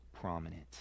prominent